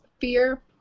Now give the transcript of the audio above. fear